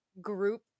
group